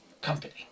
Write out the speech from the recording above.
company